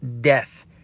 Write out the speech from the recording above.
death